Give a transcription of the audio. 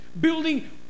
Building